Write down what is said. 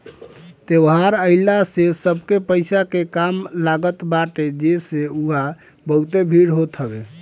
त्यौहार आइला से सबके पईसा के काम लागत बाटे जेसे उहा बहुते भीड़ होत हवे